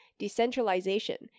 decentralization